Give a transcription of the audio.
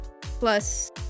plus